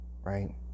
Right